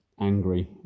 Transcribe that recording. angry